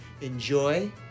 Enjoy